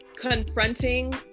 confronting